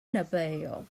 annabelle